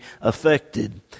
affected